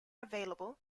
available